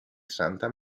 santa